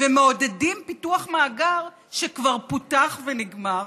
ומעודדים פיתוח מאגר שכבר פותח ונגמר.